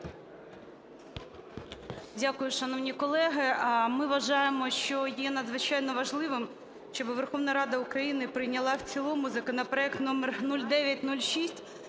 Дякую. Шановні колеги, ми вважаємо, що є надзвичайно важливим, щоби Верховна Рада України прийняла в цілому законопроект номер 0906,